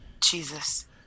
Jesus